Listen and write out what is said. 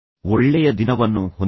ಒಳ್ಳೆಯ ದಿನವನ್ನು ಹೊಂದಿರಿ